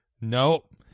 Nope